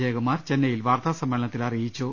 ജയകുമാർ ചെന്നൈയിൽ വാർത്താ സമ്മേളനത്തിൽ അറിയിച്ചു